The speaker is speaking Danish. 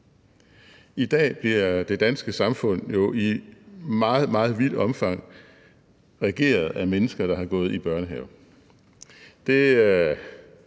I dag bliver det danske samfund jo i meget, meget vidt omfang regeret af mennesker, der har gået i børnehave.